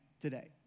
today